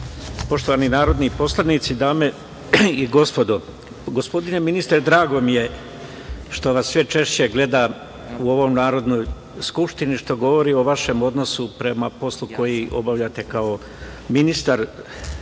poštovani narodni poslanici, dame i gospodo, gospodine ministre drago mi je što vas sve češće gledam u ovoj Narodnoj skupštini, što govori o vašem odnosu prema poslu koji obavljate kao ministar